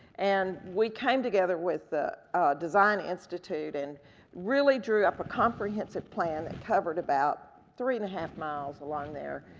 and we came together with ah design institute and really drew up a comprehensive plan that covered about three and a half miles along there.